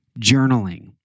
journaling